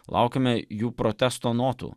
laukiame jų protesto notų